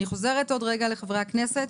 אני חוזרת עוד רגע לחברי הכנסת.